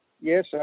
yes